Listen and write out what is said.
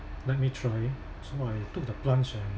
let me try so I took the plunge and